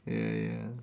ya ya